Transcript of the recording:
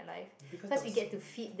because there was someone